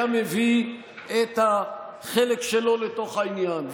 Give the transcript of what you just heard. כל אחד מהם היה מביא את החלק שלו לתוך העניין,